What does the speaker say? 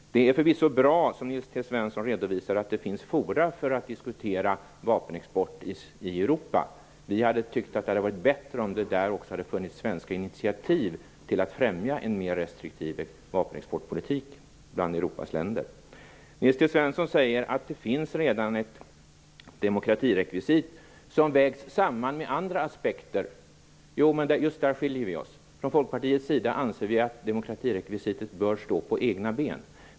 Det är förvisso bra att det finns forum för att diskutera vapenexport i Europa, vilket också Nils T Svensson redovisade. Vi i Folkpartiet tycker att det hade varit bättre om det där också hade funnits svenska initiativ till att främja en mer restriktiv vapenexportpolitik bland Europas länder. Nils T Svensson säger att det redan finns ett demokratirekvisit som vägs samman med andra aspekter. Det är just här vi skiljer oss åt. Från Folkpartiets sida anser vi att demokratirekvisitet bör stå på egna ben.